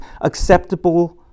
acceptable